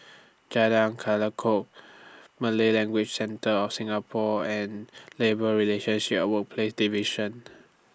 Jalan Kerayong Malay Language Centre of Singapore and Labour Relationship A Workplaces Division